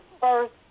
first